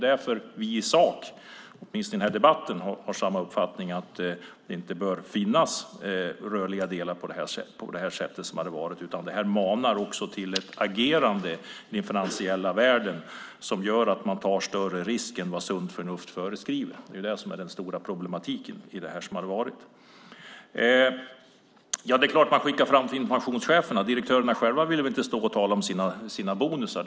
Därför har vi i sak åtminstone i den här debatten samma uppfattning: Det bör inte finnas rörliga ersättningar på det sätt som varit. Det manar till ett agerande i den finansiella världen som gör att man tar större risker än vad sunt förnuft säger. Det är det stora problemet. Det är klart att man skickar fram informationscheferna. Direktörerna själva vill väl inte tala om sina bonusar.